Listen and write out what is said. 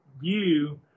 view